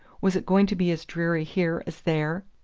was it going to be as dreary here as there?